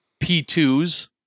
P2s